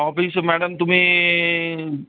office madam तुम्ही